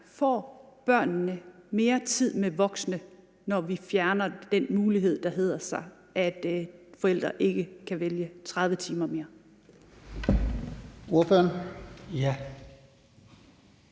får børnene mere tid med voksne, når vi fjerner den mulighed, der hedder, at forældre kan vælge 30 timer? Kl.